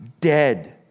dead